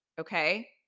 Okay